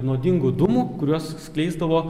nuodingų dūmų kuriuos skleisdavo